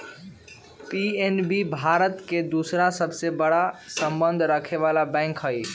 PNB Bharat के दूसरा सबसे बड़ा सबसे संबंध रखनेवाला बैंक हई